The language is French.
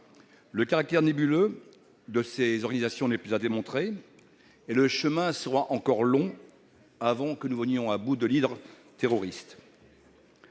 Le caractère nébuleux de ces organisations n'est plus à démontrer, et le chemin sera encore long avant que nous ne venions à bout de l'hydre terroriste.